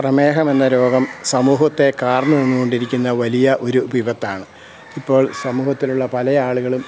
പ്രമേഹമെന്ന രോഗം സമൂഹത്തെ കാർന്നുതിന്നുകൊണ്ടിരിക്കുന്ന വലിയ ഒരു വിപത്താണ് ഇപ്പോൾ സമൂഹത്തിലുള്ള പല ആളുകളും